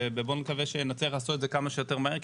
ובואו נקווה שנצליח לעשות את זה כמה שיותר מהר,